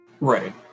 right